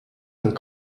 and